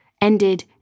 ended